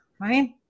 Right